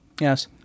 Yes